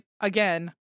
again